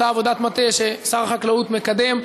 אותה עבודת מטה ששר החקלאות מקדם,